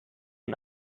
und